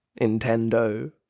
nintendo